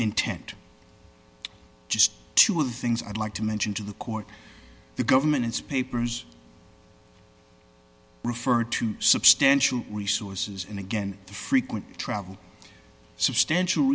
intent just two of the things i'd like to mention to the court the government's papers refer to substantial resources and again the frequent travel substantial